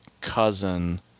cousin